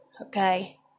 okay